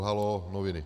Haló noviny.